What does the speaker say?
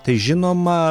tai žinoma